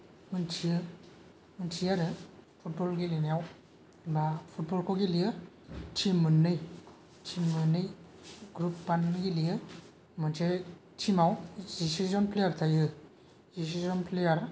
मोनथियो मोनथियो आरो फुटबल गेलेनायाव बा फुटबलखौ गेलेयो थिम मोन्नै थिम मोन्नै ग्रुप बानायना गेलेयो मोनसे तिमाव जिसेजन प्लेयार थायो जिसेजन प्लेयार